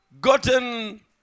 gotten